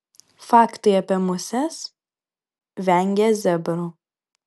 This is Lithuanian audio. faktai apie muses vengia zebrų